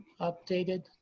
updated